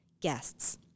guests